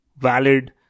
valid